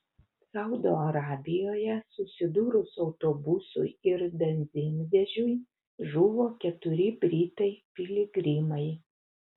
saudo arabijoje susidūrus autobusui ir benzinvežiui žuvo keturi britai piligrimai